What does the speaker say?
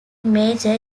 major